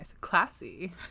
classy